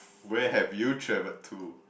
where have you travelled to